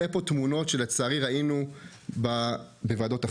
אני לא רוצה לראות פה דברים שראינו בוועדות אחרות.